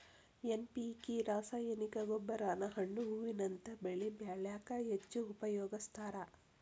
NPK ರಾಸಾಯನಿಕ ಗೊಬ್ಬರಾನ ಹಣ್ಣು ಹೂವಿನಂತ ಬೆಳಿ ಬೆಳ್ಯಾಕ ಹೆಚ್ಚ್ ಉಪಯೋಗಸ್ತಾರ